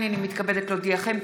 הינני מתכבדת להודיעכם,